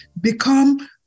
become